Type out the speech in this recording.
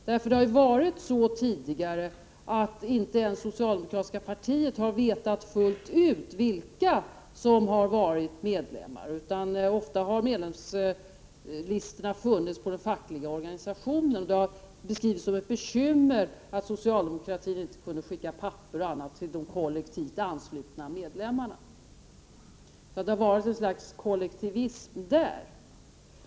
Det har ju tidigare varit så att inte ens socialdemokratiska partiet fullt ut har vetat vilka som har varit medlemmar — ofta har medlemslistorna funnits på den fackliga organisationen, och det har beskrivits som ett bekymmer att socialdemokratin inte kunnat skicka papper och annat till de kollektivt anslutna medlemmarna. Det har varit ett slags kollektivism där.